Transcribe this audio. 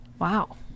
Wow